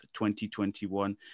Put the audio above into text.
2021